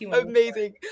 Amazing